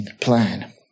plan